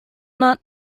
not